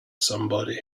somebody